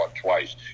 twice